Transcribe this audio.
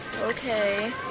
Okay